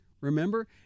Remember